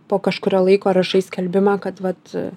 po kažkurio laiko rašai skelbimą kad vat